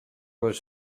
was